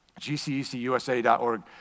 GCECUSA.org